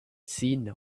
seen